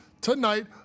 tonight